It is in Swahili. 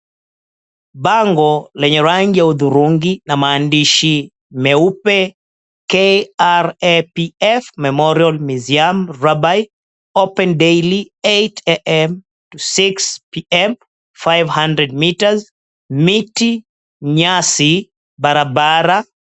Bango lenye rangi ya hudhurungi na maandishi meupe ''KRAPF MEMORIAL MUSEUM, RABAI OPEN DAILY 8:00AM-6:00PM, 500M'', miti, nyasi, na barabara.